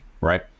right